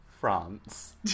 France